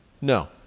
No